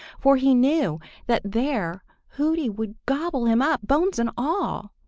for he knew that there hooty would gobble him up, bones and all.